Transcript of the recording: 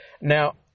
Now